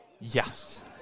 Yes